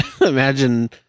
imagine